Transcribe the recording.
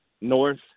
north